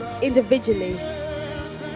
individually